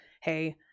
hey